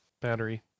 battery